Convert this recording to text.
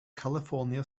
california